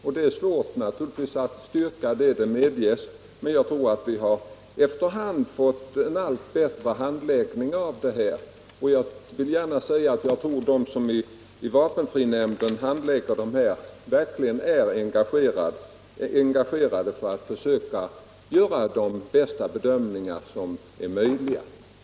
Jag medger att det är svårt att styrka en sådan, men jag tror att vi fått en allt bättre handläggning av dessa ärenden och att även de som handlägger dem i vapenfrinämnden är engagerade för att försöka göra bästa möjliga bedömningar.